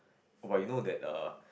but you know that err